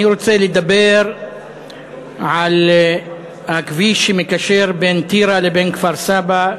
אני רוצה לדבר על הכביש שמקשר בין טירה לכפר-סבא,